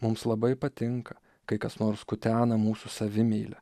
mums labai patinka kai kas nors kutena mūsų savimeilę